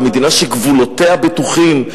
במדינה שגבולותיה בטוחים,